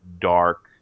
dark